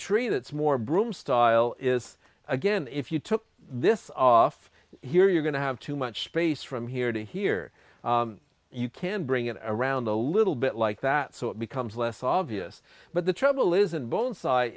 tree that's more broom style is again if you took this off here you're going to have too much space from here to here you can bring it around a little bit like that so it becomes less obvious but the trouble isn't bone si